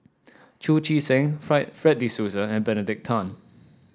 Chu Chee Seng fried Fred De Souza and Benedict Tan